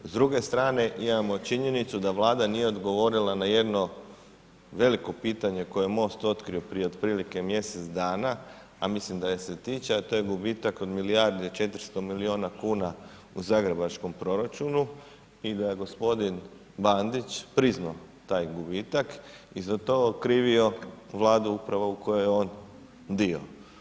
S druge strane, imamo činjenicu, da Vlada nije odgovorila na jedno veliko pitanje, koje je Most otkrilo, prije otprilike mjesec dana, a to je gubitak od milijarde 400 milijuna kuna u zagrebačkom proračunu i da je gospodin Bandić priznao taj gubitak i za to okrivio vladu upravo u kojoj je on bio.